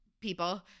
people